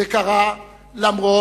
זה קרה למרות,